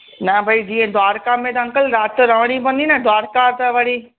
न भई जीअं द्वारका में त अंकल राति रहणी पवंदी न द्वारका त वरी